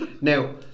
Now